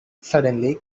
suddenly